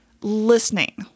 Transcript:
listening